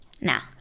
now